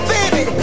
Baby